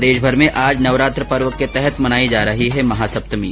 प्रदेशभर में आज नवरात्र पर्व के तहत मनाई जा रही है महासप्तमी